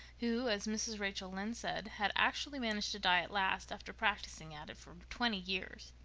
who, as mrs. rachel lynde said had actually managed to die at last after practicing at it for twenty years,